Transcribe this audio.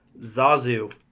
Zazu